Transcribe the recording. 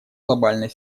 глобальной